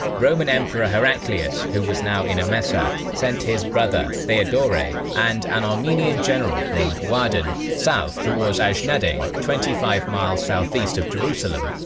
roman emperor heraclius, who was now in emesa, sent his brother theodore, and an armenian general named wardan, south towards ajnadayn, twenty five miles southeast of jerusalem,